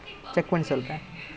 shit